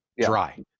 dry